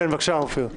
כן, בבקשה, אופיר.